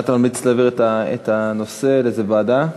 אתה ממליץ להעביר את הנושא לאיזו ועדה?